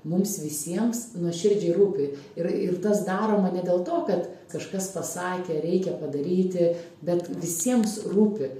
mums visiems nuoširdžiai rūpi ir ir tas daroma ne dėl to kad kažkas pasakė reikia padaryti bet visiems rūpi